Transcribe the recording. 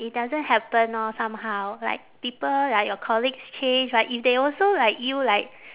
it doesn't happen orh somehow like people like your colleagues change like they also like you like